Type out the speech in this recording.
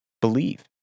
believe